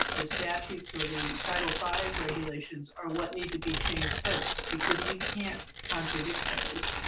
the statutes, or the title five regulations are what need to be changed first because we can't contradict those.